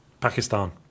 Pakistan